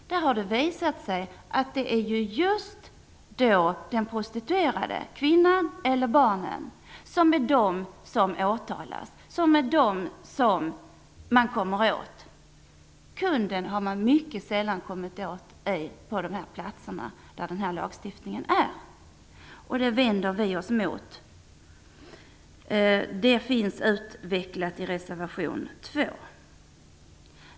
Det har där visat sig att det är just den prostituerade, kvinnan eller barnet, som man kommer åt och som åtalas. Kunden har man med lagstiftningen mycket sällan kommit åt. Sådant vänder vi oss mot. Detta har vi utvecklat i reservation 2.